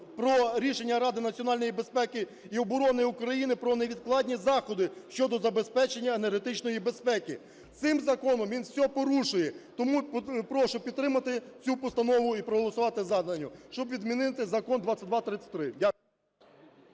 про рішення Ради національної безпеки і оброни України про невідкладні заходи щодо забезпечення енергетичної безпеки. Цим законом він все порушує. Тому прошу підтримати цю постанову і проголосувати за неї, щоб відмінити закон 2233.